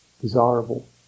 desirable